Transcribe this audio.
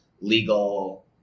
legal